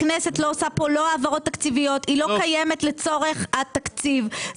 הכנסת לא עושה העברות תקציביות והיא לא קיימת לצורך התקציב.